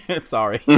sorry